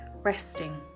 resting